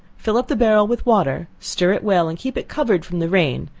fill up the barrel with water, stir it well, and keep it covered from the rain,